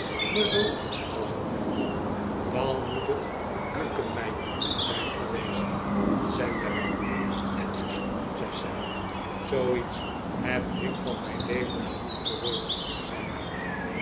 muzzle was het niet dan moet het de keukenmeid zijn geweest zei mary natuurlijk zei sam zoiets heb ik van mijn leven nog niet gehoord zei